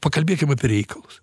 pakalbėkim apie reikalus